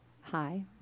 hi